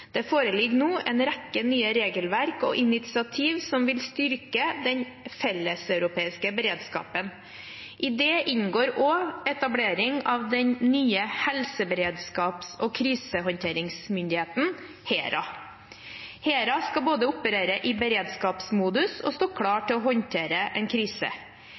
Det foreligger nå en rekke nye regelverk og initiativer som vil styrke den felleseuropeiske beredskapen. I det inngår også etablering av den nye helseberedskaps- og krisehåndteringsmyndigheten, HERA. HERA skal både operere i beredskapsmodus og stå klar til å håndtere en krise.